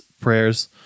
prayers